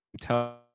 tell